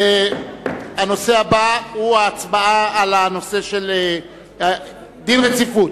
הנושא הבא הוא הצבעה על דין רציפות.